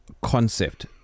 concept